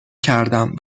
کردم